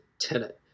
tenant